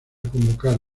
convocar